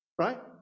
right